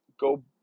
go